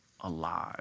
alive